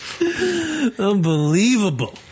Unbelievable